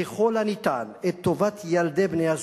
ככל הניתן, את טובת ילדי בני-הזוג.